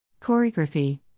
Choreography